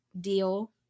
deal